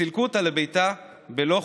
וסילקו אותה לביתה בלא כלום.